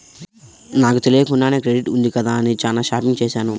నాకు తెలియకుండానే క్రెడిట్ ఉంది కదా అని చానా షాపింగ్ చేశాను